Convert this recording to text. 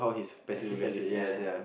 passive agressive ya